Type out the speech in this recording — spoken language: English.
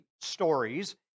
stories